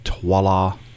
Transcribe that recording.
Voila